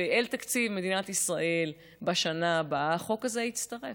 ואל תקציב מדינת ישראל בשנה הבאה החוק הזה יתווסף,